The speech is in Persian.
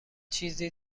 چیزی